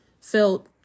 felt